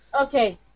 Okay